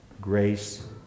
grace